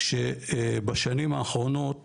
כשבשנים האחרונות,